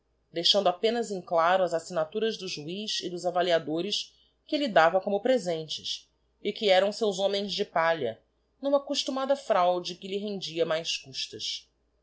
deixando apenas em claro as assignaturas do juiz e dos avaliadores que elle dava como presentes e que eram seus homens de palha n'uma costumada fraude que lhe rendia mais custas